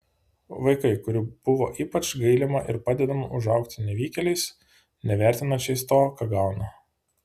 vaikai kurių buvo ypač gailima ar padedama užauga nevykėliais nevertinančiais to ką gauna